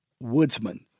Woodsman